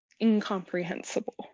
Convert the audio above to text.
incomprehensible